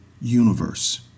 universe